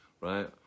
right